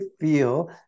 feel